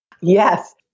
Yes